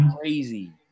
crazy